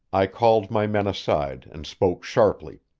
i called my men aside and spoke sharply.